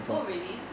oh really